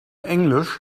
englisch